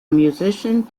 musician